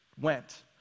went